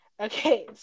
Okay